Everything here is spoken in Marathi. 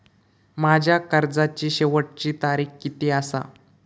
माझ्या कर्जाची शेवटची तारीख किती आसा?